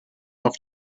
auf